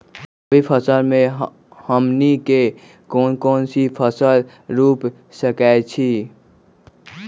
रबी फसल में हमनी के कौन कौन से फसल रूप सकैछि?